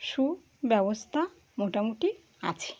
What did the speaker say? সুব্যবস্থা মোটামুটি আছে